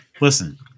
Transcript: listen